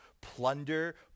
plunder